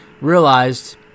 realized